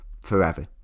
forever